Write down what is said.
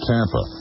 Tampa